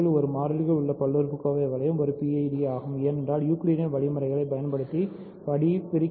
இந்த காணொளியின் முக்கிய முடிவு மற்றும் ZX ஒரு UFD என்று முடிவுக்கு வந்த கடைசி இரண்டு மூன்று வீடியோக்கள்